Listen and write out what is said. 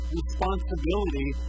responsibility